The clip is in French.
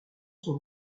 son